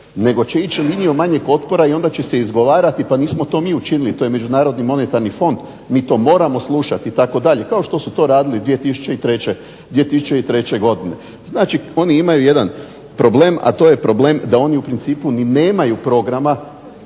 nego će ići linijom manjeg otpora i onda će se izgovarati pa nismo to mi učinili, to je Međunarodni monetarni fond, mi to moramo slušali itd., kao što su to radili 2003. godine. Znači oni imaju jedan problem, a to je problem da oni u principu ni nemaju programa,